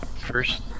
first